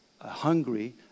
hungry